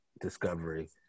discovery